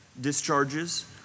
discharges